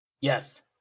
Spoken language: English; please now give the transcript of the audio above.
Yes